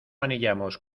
anillamos